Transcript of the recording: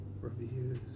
reviews